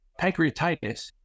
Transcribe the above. pancreatitis